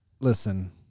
listen